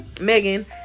megan